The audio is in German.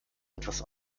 etwas